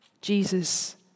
Jesus